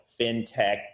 FinTech